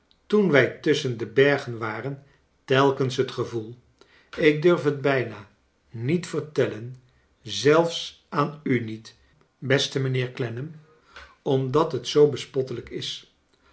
toen wij tusschen de bergen waren telkens het gevoel ik durf het bijna niet vertellen zelfs aan u niet beste mijnheer clennam omdat het zoo bespottelijk is